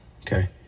Okay